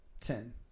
Ten